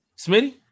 Smitty